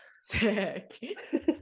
Sick